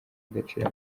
agaciro